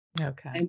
Okay